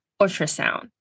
ultrasound